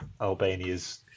Albania's